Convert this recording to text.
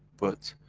but,